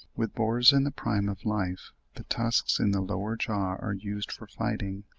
with boars in the prime of life the tusks in the lower jaw are used for fighting,